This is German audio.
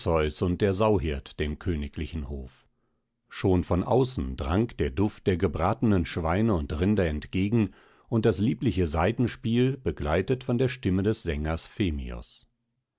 und der sauhirt dem königlichen hofe schon von außen drang der duft der gebratenen schweine und rinder entgegen und das liebliche saitenspiel begleitet von der stimme des sängers